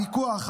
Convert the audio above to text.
הפיקוח,